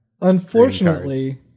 Unfortunately